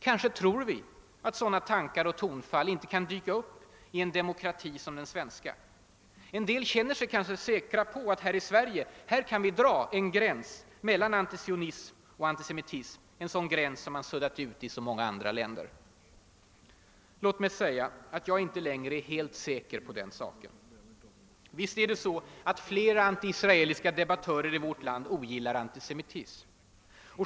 Kanske tror vi att sådana tankar och tonfall inte kan dyka upp i en demokrati som den svenska. En del känner sig kanske säkra på att här i Sverige kan vi dra den gräns mellan antisionism och antisemitism som man suddat ut i så många andra länder. Låt mig säga att jag inte längre är helt säker på den saken. Visst är det så att flera antiisraeliska debattörer i vårt land ogillar antisemitism.